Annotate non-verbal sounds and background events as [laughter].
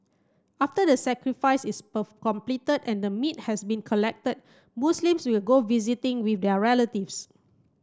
after the sacrifice is [unintelligible] complete and the meat has been collect Muslims will go visiting with their relatives